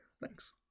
Thanks